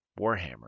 warhammer